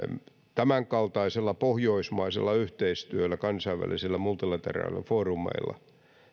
tämänkaltaisella pohjoismaisella yhteistyöllä kansainvälisillä multilateraaleilla foorumeilla